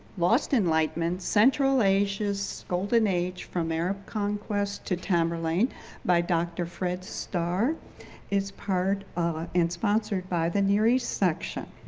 lost enlightenment central asia's golden age from arab conquest to tamerlane by dr. fred starr is part of ah and sponsored by the near east section.